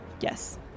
Yes